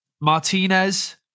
Martinez